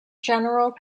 general